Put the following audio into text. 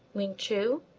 ling chu.